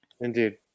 Indeed